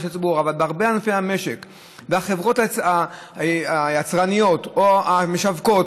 אבל בהרבה ענפים במשק החברות היצרניות או המשווקות